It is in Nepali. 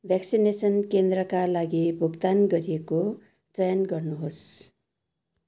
भेक्सिनेसन केन्द्रका लागि भुक्तान गरिएको चयन गर्नुहोस्